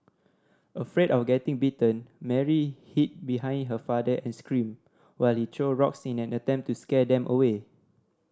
afraid of getting bitten Mary hid behind her father and screamed while he threw rocks in an attempt to scare them away